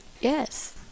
Yes